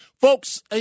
Folks